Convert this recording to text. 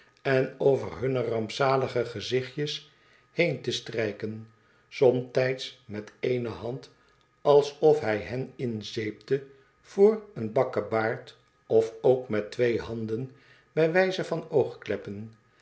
en over hunne rampzalige gezichtjes heen te strijken somtijds met ééne hand alsof hij hen inzeepte voor een bakkebaard of ook met twee handen bij wijze van